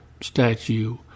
statue